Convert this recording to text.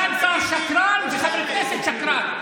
סגן שר שקרן וחבר כנסת שקרן.